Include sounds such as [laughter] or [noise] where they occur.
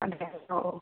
[unintelligible] ഓ